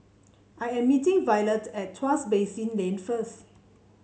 I am meeting Violet at Tuas Basin Lane first